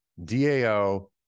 DAO